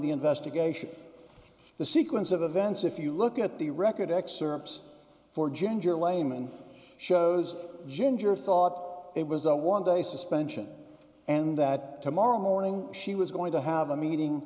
the investigation the sequence of events if you look at the record excerpts for gender layman shows ginger thought it was a one day suspension and that tomorrow morning she was going to have a meeting